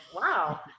Wow